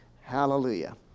Hallelujah